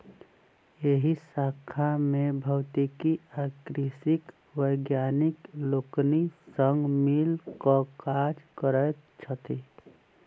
एहि शाखा मे भौतिकी आ कृषिक वैज्ञानिक लोकनि संग मिल क काज करैत छथि